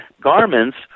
garments